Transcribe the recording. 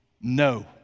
No